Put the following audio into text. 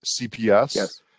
cps